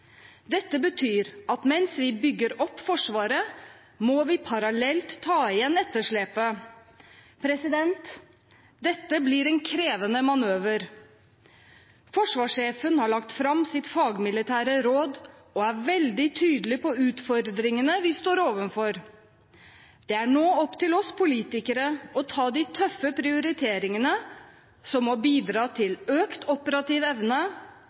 Dette betyr at mens vi bygger opp Forsvaret, må vi parallelt ta igjen etterslepet. Dette blir en krevende manøver. Forsvarssjefen har lagt fram sitt fagmilitære råd og er veldig tydelig på utfordringene vi står overfor. Det er nå opp til oss politikere å ta de tøffe prioriteringene som må bidra til økt operativ evne,